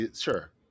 Sure